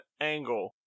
angle